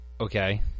Okay